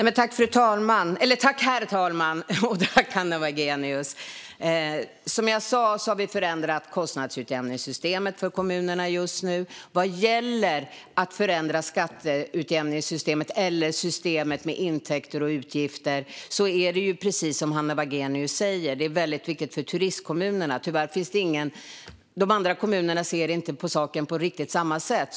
Herr talman! Som jag sa har vi förändrat kostnadsutjämningssystemet för kommunerna. Vad gäller att förändra skatteutjämningssystemet eller systemet med intäkter och utgifter är det, precis som Hanna Wagenius säger, väldigt viktigt för turistkommunerna. De andra kommunerna ser inte på den saken på riktigt samma sätt.